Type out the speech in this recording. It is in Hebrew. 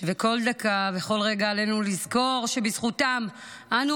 שבכל דקה ובכל רגע עלינו לזכור שבזכותם אנו